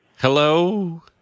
Hello